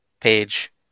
page